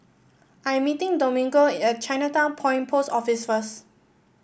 I'm meeting Domingo at Chinatown Point Post Office first